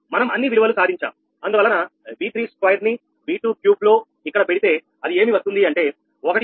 మనం అన్ని విలువలు సాధించాం అందువలన V32 నీ V23 లో ఇక్కడ పెడితే అది ఏమి వస్తుంది అంటే 1